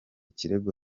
kirego